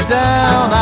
down